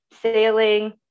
sailing